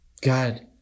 God